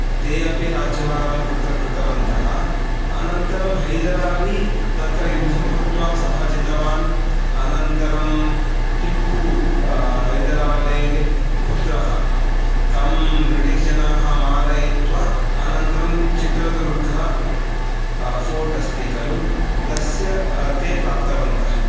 ते अपि राज्यभारं तत्र कृतवन्तः अनन्तरं हैदरालि तत्र युद्धं कृत्वा सः जितवान् अनन्तरं टिप्पु हैदरालेः पुत्रः तं ब्रिटिश्जनाः मारयित्वा अनन्तरं चित्रदुर्गा फ़ोर्ट् अस्ति खलु तस्य ते प्राप्तवन्तः